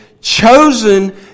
chosen